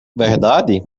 verdade